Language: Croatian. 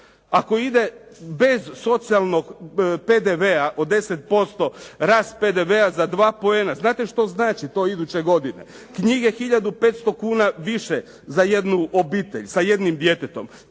Ako ide bez socijalnog PDV-a od 10%, rast PDV-a za 2 poena, znate što znači to iduće godine? Knjige 1500 kuna više za jednu obitelj sa jednim djetetom,